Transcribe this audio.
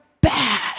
bad